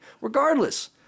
regardless